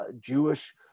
Jewish